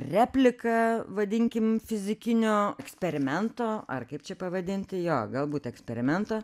replika vadinkim fizikinio eksperimento ar kaip čia pavadinti jo galbūt eksperimento